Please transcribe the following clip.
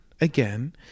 again